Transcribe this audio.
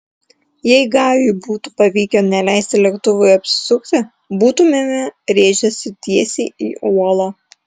jei gajui būtų pavykę neleisti lėktuvui apsisukti būtumėme rėžęsi tiesiai į uolą